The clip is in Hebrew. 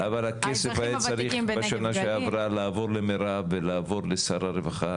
אבל הכסף היה צריך בשנה שעברה לעבור למירב ולעבור לשר הרווחה,